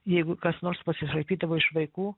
jeigu kas nors pasišaipydavo iš vaikų